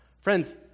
Friends